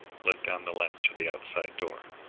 let down the latch of the outside door.